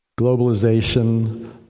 globalization